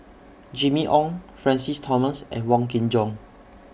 Jimmy Ong Francis Thomas and Wong Kin Jong